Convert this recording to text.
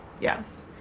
yes